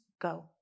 go